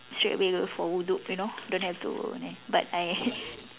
straightaway for wuduk you know don't have to ni but I